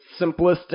simplistic